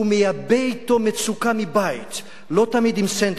מייבא אתו מצוקה מבית, לא תמיד עם סנדוויץ'.